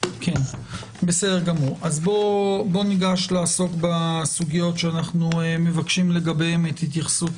אז בוא ניגש לעסוק בסוגיות שאנחנו מבקשים לגביהן את התייחסות